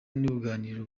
n’uruganiriro